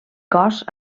cos